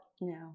No